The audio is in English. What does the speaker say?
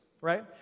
right